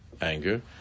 anger